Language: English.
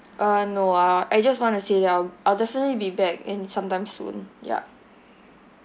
uh no ah I just want to say that I'll I'll definitely be back in sometime soon ya